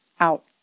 out